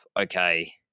okay